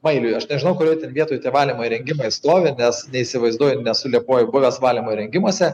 mailiui aš nežinau kurioj vietoj tie valymo įrengimai stovi nes neįsivaizduoju ir nesu liepojoj buvęs valymo įrengimuose